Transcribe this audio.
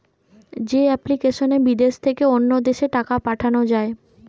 যে এপ্লিকেশনে বিদেশ থেকে অন্য দেশে টাকা পাঠান যায়